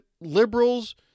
liberals